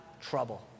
trouble